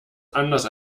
anders